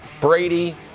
Brady